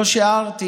לא שיערתי